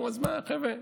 נו, אז מה, חבר'ה?